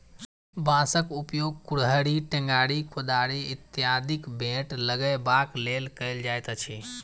बाँसक उपयोग कुड़हड़ि, टेंगारी, कोदारि इत्यादिक बेंट लगयबाक लेल कयल जाइत अछि